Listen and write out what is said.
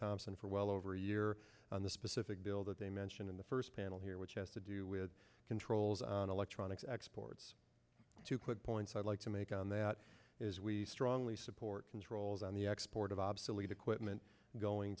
thompson for well over a year on the specific bill that they mentioned in the first panel here which has to do with controls on electronics exports two quick points i'd like to make on that is we strongly support controls on the export of obsolete equipment going